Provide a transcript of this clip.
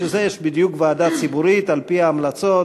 בשביל זה יש בדיוק ועדה ציבורית, על-פי ההמלצות,